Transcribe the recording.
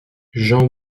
jean